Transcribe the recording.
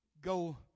go